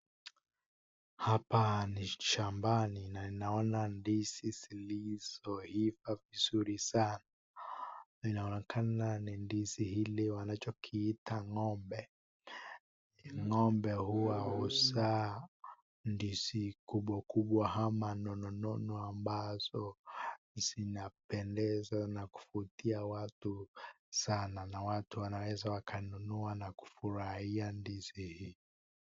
Hapa ni shambani na ninaona ndizi zilizohiva vizuri sana. Inaonekana ni ndizi hili wanachokiita ng'ombe. Ng'ombe huwa huzaa ndizi kubwa kubwa ama nono nono ambazo zinapendeza na kufurahisha watu sana na watu wanaweza wakanunua na kufurahia ndizi hii.